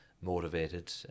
motivated